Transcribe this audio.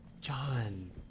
John